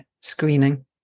screening